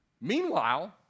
Meanwhile